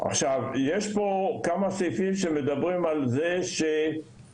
עכשיו יש פה כמה סעיפים שמדברים על זה שהממשלה